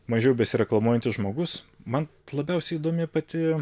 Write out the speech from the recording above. mažiau besireklamuojantis žmogus man labiausiai įdomi pati